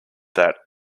that